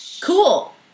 cool